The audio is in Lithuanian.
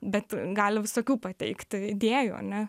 bet gali visokių pateikti idėjų ane